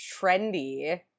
trendy